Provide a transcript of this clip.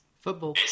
football